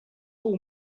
all